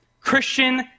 Christian